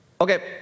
okay